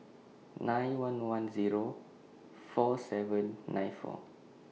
nine one one Zero four seven nine four